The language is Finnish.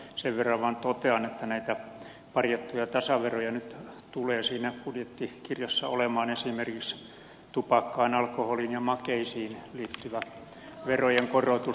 sen verran vaan totean että näitä parjattuja tasaveroja nyt tulee siinä budjettikirjassa olemaan esimerkiksi tupakkaan alkoholiin ja makeisiin liittyvä verojen korotus